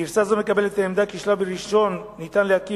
גרסה זו מקבלת את העמדה כי בשלב הראשון אפשר להקים